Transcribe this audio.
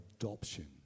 adoption